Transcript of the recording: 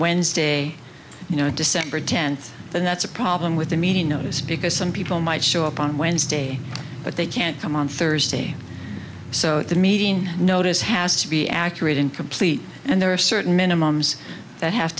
wednesday december tenth and that's a problem with the meeting notice because some people might show up on wednesday but they can't come on thursday so the meeting notice has to be accurate and complete and there are certain minimum that ha